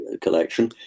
collection